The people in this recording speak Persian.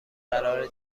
قرار